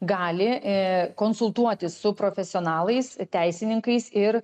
gali konsultuotis su profesionalais teisininkais ir